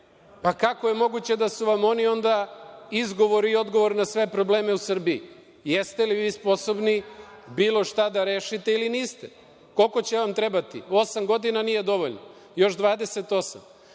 Pa, kako je moguće da su vam oni onda izgovor i odgovor na sve probleme u Srbiji? Jeste li vi sposobni bilo šta da rešite ili niste? Koliko će vam trebati? Osam godina nije dovoljno. Još